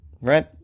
right